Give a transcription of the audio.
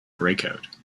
breakout